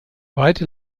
weite